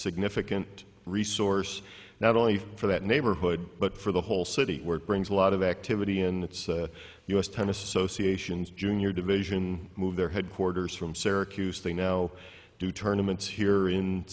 significant resource not only for that neighborhood but for the whole city where it brings a lot of activity in the u s tennis associations junior division move their headquarters from syracuse they now do tournaments here in